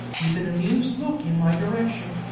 with an amused look in my direction,